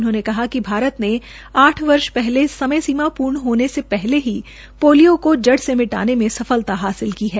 उन्होंने कहा कि भारत ने आठ वर्ष पहले समय सीमा पूर्ण होने से पहले ही पोलियो को जड़ से मिटाने में सफलता हासिल की है